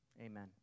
Amen